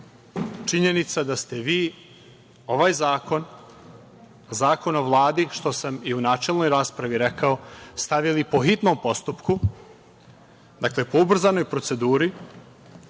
činjenica da ste vi ovaj zakon, Zakon o Vladi, što sam i u načelnoj raspravi rekao, stavili po hitnom postupku, dakle po ubrzanoj proceduri,